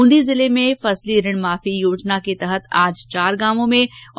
बूंदी जिले में फसली ऋण माफी योजना के तहत आज चार गांवों में शिविर लगाए गए